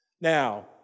Now